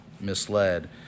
misled